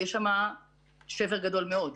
יש שם שבר גדול מאוד.